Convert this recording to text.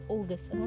August